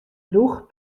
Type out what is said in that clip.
drûch